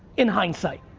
in hindsight.